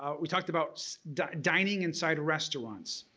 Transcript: ah we talked about dining inside a restaurants.